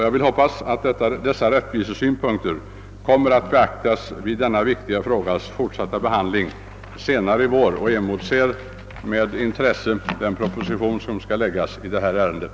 Jag vill hoppas att dessa rättvisesynpunkter kommer att beaktas vid den na viktiga frågas fortsatta behandling senare i år, och jag emotser med stort intresse den proposition som kommer att framläggas i ärendet.